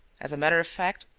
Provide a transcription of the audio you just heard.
as a matter of fact,